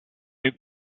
new